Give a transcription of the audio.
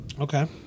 Okay